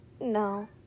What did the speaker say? no